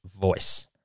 voice